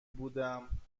بودم